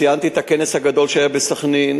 ציינתי את הכנס הגדול שהיה בסח'נין,